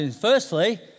Firstly